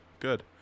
Good